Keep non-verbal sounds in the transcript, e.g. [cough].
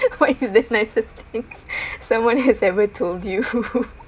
what is the nicest thing someone has ever told you [laughs]